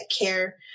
care